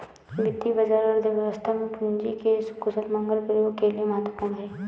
वित्तीय बाजार अर्थव्यवस्था में पूंजी के कुशलतम प्रयोग के लिए महत्वपूर्ण है